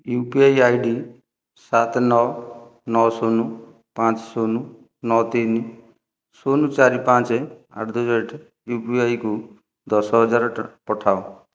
you P I I D ସାତ ନଅ ନଅ ଶୂନ ପାଞ୍ଚେ ଶୂନ ନଅ ତିନ ଶୂନ ଚାରି ପାଞ୍ଚ ଆଟ୍ ଦ ରେଟ୍ ୟୁପିଆଇକୁ ଦଶ ହଜାର ପଠାଅ